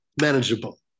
manageable